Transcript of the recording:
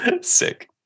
Sick